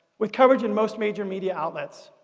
with coverage in most major media outlets.